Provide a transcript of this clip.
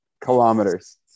Kilometers